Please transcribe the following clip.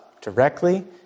directly